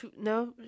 no